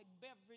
beverage